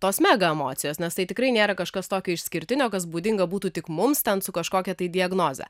tos mega emocijos nes tai tikrai nėra kažkas tokio išskirtinio kas būdinga būtų tik mums ten su kažkokia tai diagnoze